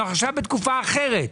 אנו בתקופה אחרת.